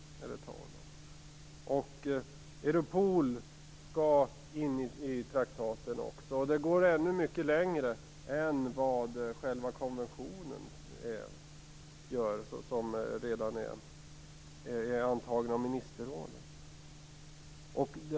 Också Europol skall tas med i den. Traktaten går mycket längre än vad den konventionen gör som redan har antagits av ministerrådet.